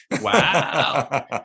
Wow